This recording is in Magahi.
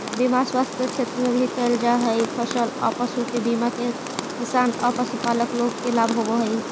बीमा स्वास्थ्य के क्षेत्र में भी कैल जा हई, फसल औ पशु के बीमा से किसान औ पशुपालक लोग के लाभ होवऽ हई